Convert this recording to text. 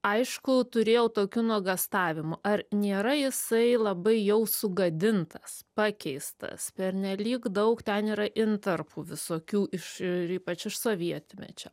aišku turėjau tokių nuogąstavimų ar nėra jisai labai jau sugadintas pakeistas pernelyg daug ten yra intarpų visokių iš ir ypač iš sovietmečio